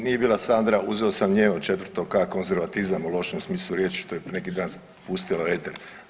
Nije bila Sandra, uzeo njeno četvrto ka konzervatizam u lošem smislu riječi što je neki dan pustila u eter.